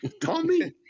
Tommy